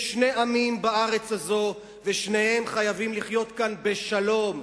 יש שני עמים בארץ הזו ושניהם חייבים לחיות כאן בשלום.